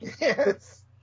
Yes